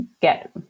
get